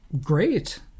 Great